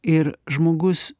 ir žmogus